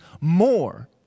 more